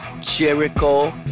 Jericho